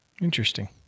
Interesting